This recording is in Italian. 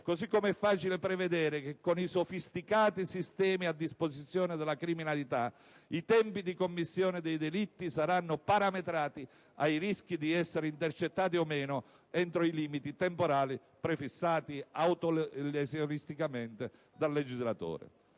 Così come è facile prevedere che con i sofisticati sistemi a disposizione della criminalità, i tempi di commissione dei delitti saranno parametrati ai rischi di essere intercettati o meno entro i limiti temporali prefissati autolesionisticamente dal legislatore.